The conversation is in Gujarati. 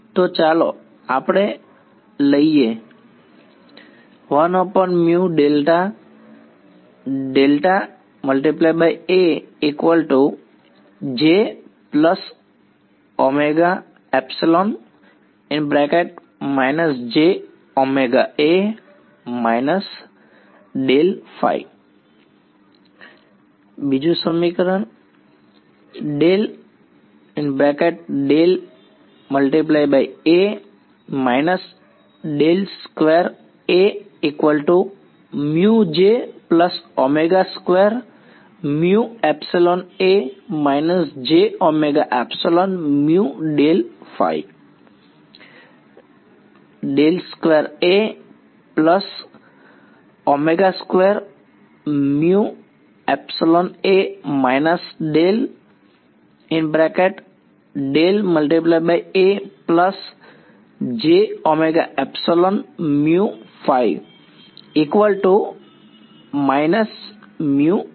તો ચાલો આપણે લઈએ ઠીક છે